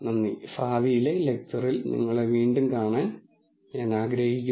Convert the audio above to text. നന്ദി ഭാവിയിലെ ലെക്ച്ചറിൽ നിങ്ങളെ വീണ്ടും കാണാൻ ഞാൻ ആഗ്രഹിക്കുന്നു